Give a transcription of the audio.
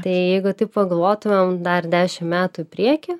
tai jeigu taip pagalvotumėm dar dešimt metų į priekį